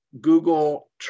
Google